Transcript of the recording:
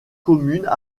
communes